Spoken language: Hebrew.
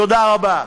תודה רבה.